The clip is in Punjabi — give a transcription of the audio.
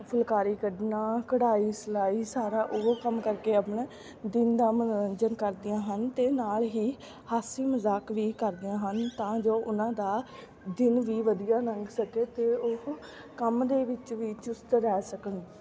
ਫੁਲਕਾਰੀ ਕੱਢਣਾ ਕਢਾਈ ਸਿਲਾਈ ਸਾਰਾ ਉਹ ਕੰਮ ਕਰਕੇ ਆਪਣਾ ਦਿਨ ਦਾ ਮਨੋਰੰਜਨ ਕਰਦੀਆਂ ਹਨ ਅਤੇ ਨਾਲ ਹੀ ਹਾਸੀ ਮਜ਼ਾਕ ਵੀ ਕਰਦੀਆਂ ਹਨ ਤਾਂ ਜੋ ਉਹਨਾਂ ਦਾ ਦਿਨ ਵੀ ਵਧੀਆ ਲੰਘ ਸਕੇ ਅਤੇ ਉਹ ਕੰਮ ਦੇ ਵਿੱਚ ਵੀ ਚੁਸਤ ਰਹਿ ਸਕਣ